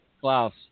Klaus